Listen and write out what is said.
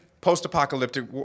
Post-apocalyptic